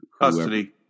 Custody